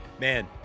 man